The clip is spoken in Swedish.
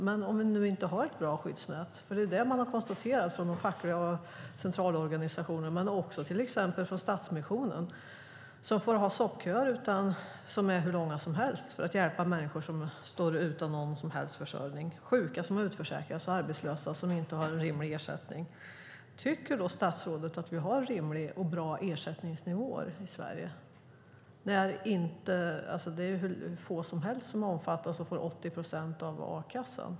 Men om vi inte har ett bra skyddsnät? Det är vad som konstaterats av de fackliga centralorganisationerna och också till exempel av Stadsmissionen som får ha hur långa soppköer som helst för att hjälpa människor utan någon som helst försörjning, sjuka som utförsäkrats och arbetslösa som inte har en rimlig ersättning. Tycker statsrådet att vi har rimliga och bra ersättningsnivåer i Sverige när bara ett fåtal omfattas och får 80 procent i a-kassa?